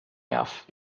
jaf